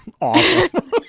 awesome